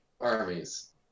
armies